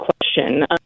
question